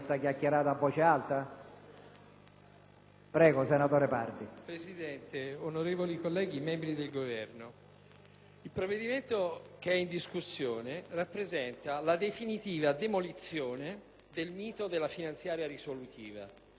Prego, senatore Pardi.